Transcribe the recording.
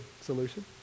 solution